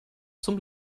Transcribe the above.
zum